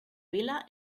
vila